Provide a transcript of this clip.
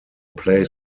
play